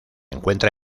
encuentra